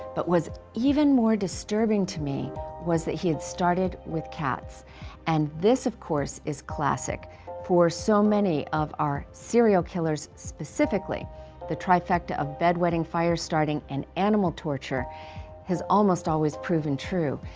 but was even more disturbing to me was that he had started with cats and this of course is classic for so many of our serial killers. specifically the trifecta of bedwetting fire-starting an animal torture has almost always proven true.